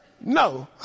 No